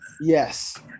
Yes